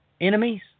enemies